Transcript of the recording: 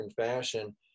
fashion